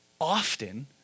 often